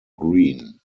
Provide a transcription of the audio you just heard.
green